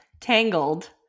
Tangled